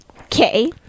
Okay